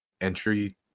entry